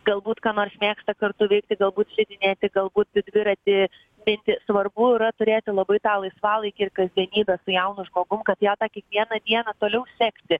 galbūt ką nors mėgsta kartu veikti galbūt slidinėti galbūt dviratį minti svarbu yra turėti labai tą laisvalaikį ir kasdienybę su jaunu žmogum kad jam kiekvieną dieną toliau sekti